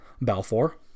Balfour